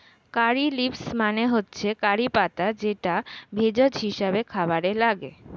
কারী leaves মানে হচ্ছে কারি পাতা যেটা ভেষজ হিসেবে খাবারে লাগে